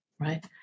right